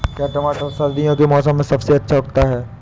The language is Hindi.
क्या टमाटर सर्दियों के मौसम में सबसे अच्छा उगता है?